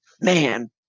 man